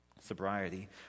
sobriety